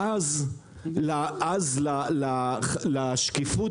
ואז לשקיפות,